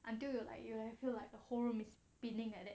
until you like you I feel like a whole room is pinning like that